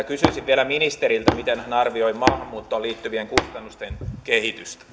kysyisin vielä ministeriltä miten hän arvioi maahanmuuttoon liittyvien kustannusten kehitystä